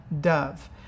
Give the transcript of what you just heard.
dove